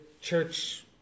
church